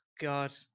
God